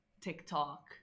TikTok